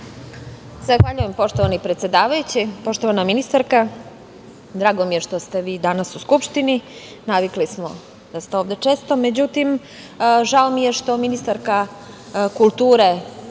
Zahvaljujem, poštovani predsedavajući. Poštovana ministarka, drago mi je što ste danas u Skupštini, navikli smo da ste ovde često. Međutim, žao mi je što ministarka kulture,